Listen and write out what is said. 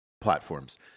platforms